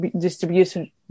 distribution